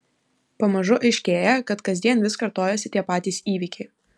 pamažu aiškėja kad kasdien vis kartojasi tie patys įvykiai